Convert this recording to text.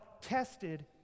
tested